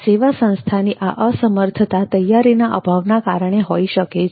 સેવા સંસ્થાની આ અસમર્થતા તૈયારીના અભાવના કારણે હોઈ શકે છે